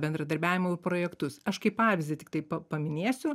bendradarbiavimo jau projektus aš kaip pavyzdį tiktai paminėsiu